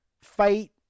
fight